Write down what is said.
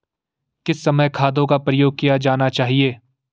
किस समय खादों का प्रयोग किया जाना चाहिए?